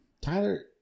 Tyler